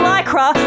Lycra